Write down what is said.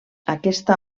aquesta